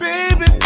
Baby